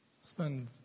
spend